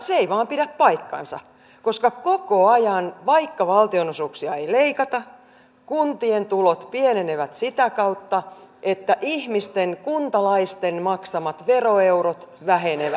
se ei vain pidä paikkaansa koska koko ajan vaikka valtionosuuksia ei leikata kuntien tulot pienenevät sitä kautta että ihmisten kuntalaisten maksamat veroeurot vähenevät